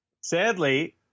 Sadly